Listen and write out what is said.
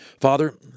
Father